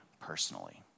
personally